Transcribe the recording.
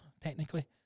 technically